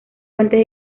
fuentes